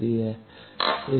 तो वह है −20 log